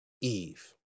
Eve